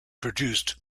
produced